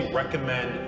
recommend